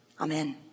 Amen